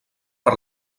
per